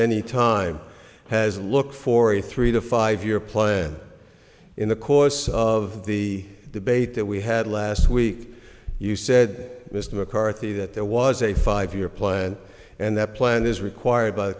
ny time has looked for a three to five year plan in the course of the debate that we had last week you said mr mccarthy that there was a five year plan and that plan is required by the